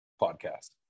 podcast